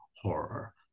horror